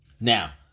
Now